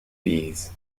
bees